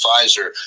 Pfizer